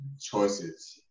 choices